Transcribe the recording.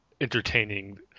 entertaining